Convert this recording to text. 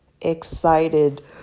excited